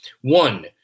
One